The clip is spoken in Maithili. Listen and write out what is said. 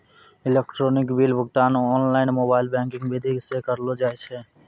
इलेक्ट्रॉनिक बिल भुगतान ओनलाइन मोबाइल बैंकिंग विधि से करलो जाय छै